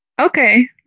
okay